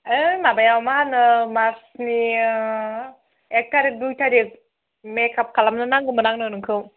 है माबायाव मा होनो मार्सनि एक थारिख दुइ थारिख मेकाप खालामनो नांगौमोन आंनो नोंखौ